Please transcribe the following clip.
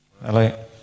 Hello